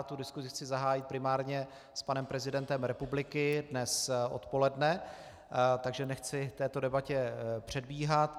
Tu diskusi chci zahájit primárně s panem prezidentem republiky dnes odpoledne, takže nechci této debatě předbíhat.